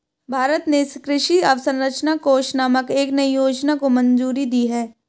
भारत ने कृषि अवसंरचना कोष नामक एक नयी योजना को मंजूरी दी है